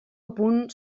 apunt